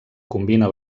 combina